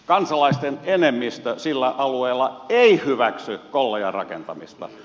kansalaisten enemmistö sillä alueella ei hyväksy kollajan rakentamista